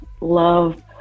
love